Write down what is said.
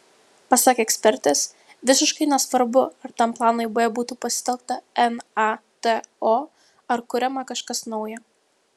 pasak ekspertės visiškai nesvarbu ar tam planui b būtų pasitelkta nato ar kuriama kažkas nauja